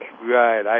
Right